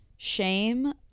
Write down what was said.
shame